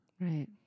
Right